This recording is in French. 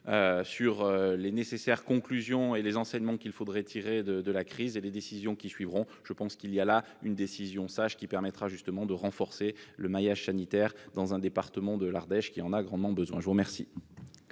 sur les nécessaires conclusions et les enseignements qu'il faudrait tirer de la crise, ainsi que sur les décisions qui en découleront. Je pense qu'il y aurait là une décision sage, qui permettrait de renforcer le maillage sanitaire dans un département de l'Ardèche qui en a grandement besoin. La parole